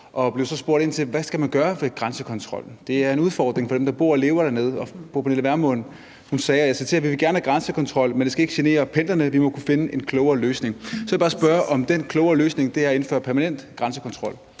så blev spurgt ind til, hvad man skal gøre ved grænsekontrollen, som er en udfordring for dem, der bor og lever dernede, og fru Pernille Vermund sagde, og jeg citerer: Vi vil gerne have grænsekontrol, men det skal ikke genere pendlerne, vi må kunne finde en klogere løsning. Så vil jeg bare spørge, om den klogere løsning er at indføre permanent grænsekontrol.